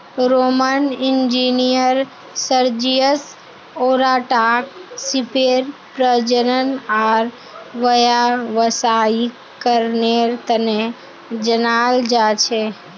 Roman engineer Sergius ओराटाक सीपेर प्रजनन आर व्यावसायीकरनेर तने जनाल जा छे